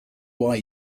why